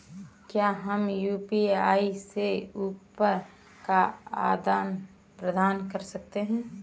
क्या हम यू.पी.आई से रुपये का आदान प्रदान कर सकते हैं?